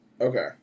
Okay